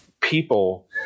people